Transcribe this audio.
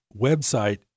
website